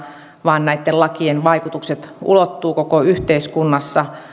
vaan näitten lakien vaikutukset ulottuvat koko yhteiskunnassa